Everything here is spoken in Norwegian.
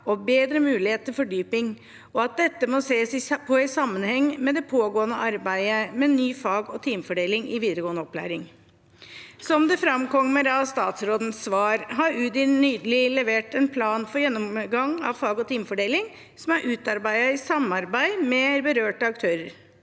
og bedre mulighet til fordypning, og at dette må ses på i sammenheng med det pågående arbeidet med ny fag- og timefordeling i videregående opplæring. Som det framkommer av statsrådens svar, har Udir nylig levert en plan for gjennomgang av fag- og timefordelingen som er utarbeidet i samarbeid med berørte aktører.